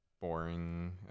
boring